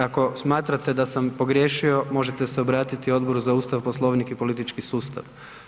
Ako smatrate da sam pogriješio možete se obratiti Odboru za Ustav, Poslovnik i politički sustav.